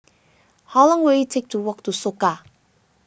how long will it take to walk to Soka